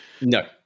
No